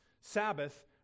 Sabbath